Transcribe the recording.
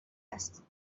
است